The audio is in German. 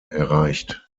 erreicht